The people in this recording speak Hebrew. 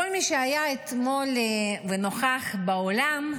כל מי שהיה אתמול ונכח באולם,